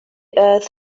earth